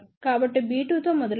కాబట్టి b2 తో మొదలు పెడదాం